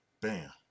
bam